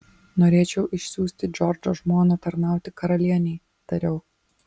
norėčiau išsiųsti džordžo žmoną tarnauti karalienei tariau